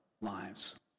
lives